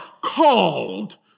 called